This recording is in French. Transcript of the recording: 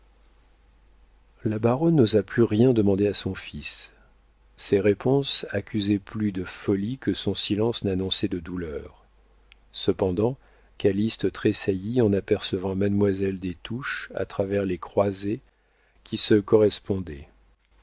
la baronne n'osa plus rien demander à son fils ses réponses accusaient plus de folie que son silence n'annonçait de douleur cependant calyste tressaillit en apercevant mademoiselle des touches à travers les croisées qui se correspondaient